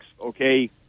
okay